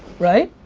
right?